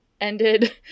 ended